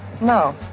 No